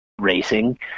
racing